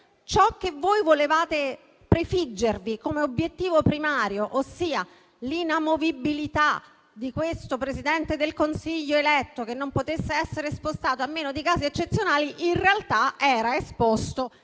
ciò che voi volevate prefiggervi come obiettivo primario, ossia l'inamovibilità di questo Presidente del Consiglio eletto, che non poteva essere spostato a meno di casi eccezionali, in realtà era un punto